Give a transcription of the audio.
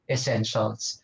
Essentials